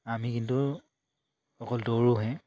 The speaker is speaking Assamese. আমি কিন্তু অকল দৌৰোহে